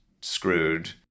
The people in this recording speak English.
screwed